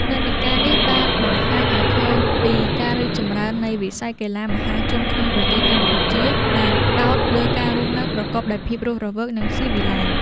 និន្នាការនេះបានបង្ហាញឱ្យឃើញពីការរីកចម្រើននៃវិស័យកីឡាមហាជនក្នុងប្រទេសកម្ពុជា ដែលផ្តោតលើការរស់នៅប្រកបដោយភាពរស់រវើក និងស៊ីវិល័យ។